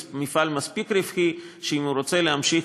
מפעל רווחי מספיק ואם הוא רוצה להמשיך